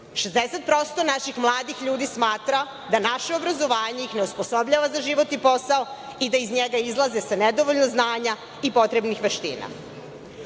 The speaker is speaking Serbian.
naših mladih ljudi smatra da naše obrazovanje ih ne osposobljava za život i posao i da iz njega izlaze sa nedovoljno znanja i potrebnih veština. Samo